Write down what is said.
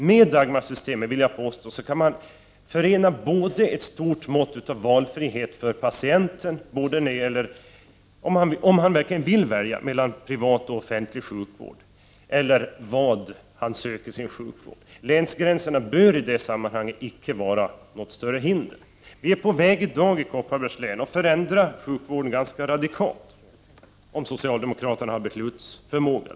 Med Dagmarsystemet kan man ha ett stort mått av valfrihet för patienten, om han verkligen vill välja mellan privat, offentlig sjukvård eller något annat. Länsgränserna bör i detta sammanhang inte utgöra något större hinder. I Kopparbergs län är vi i dag på väg att ändra sjukvården ganska radikalt, om socialdemokraterna där visar beslutsförmåga.